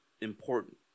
important